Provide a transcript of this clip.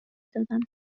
دادم